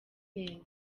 neza